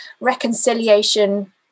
reconciliation